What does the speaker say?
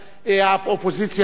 האופוזיציה תגיע,